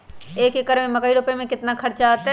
एक एकर में मकई रोपे में कितना खर्च अतै?